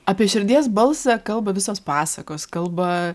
apie širdies balsą kalba visos pasakos kalba